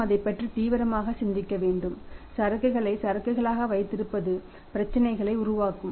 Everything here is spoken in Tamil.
நாம் அதைப் பற்றி தீவிரமாக சிந்திக்க வேண்டும் சரக்குகளை சரக்குகளாக வைத்திருப்பது பிரச்சினைகளை உருவாக்கும்